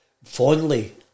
fondly